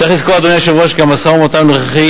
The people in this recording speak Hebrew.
צריך לזכור, אדוני היושב-ראש, כי המשא-ומתן הנוכחי